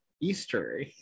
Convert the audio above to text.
easter